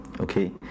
okay